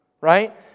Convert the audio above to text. Right